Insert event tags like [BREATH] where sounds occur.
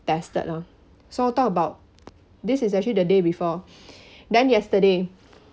tested lah so talk about this is actually the day before [BREATH] then yesterday